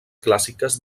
clàssiques